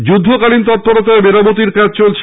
যুদ্ধকালীন তৎপরতায় মেরামতির কাজ চলছে